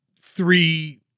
three